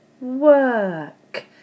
work